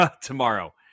tomorrow